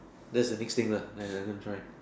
that's the next thing lah that I gonna try